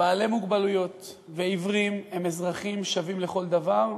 בעלי מוגבלויות ועיוורים הם אזרחים שווים לכל דבר,